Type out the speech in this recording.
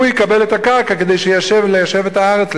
הוא יקבל את הקרקע כדי ליישב את הארץ,